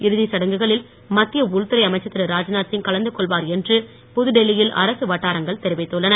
இறுதிச் சடங்குகளில் மத்திய உள்துறை அமைச்சர் திரு ராஜ்நாத் சிங் கலந்து கொள்வார் என்று புதுடெல்லியில் அரசு வட்டாரங்கள் தெரிவித்துள்ளன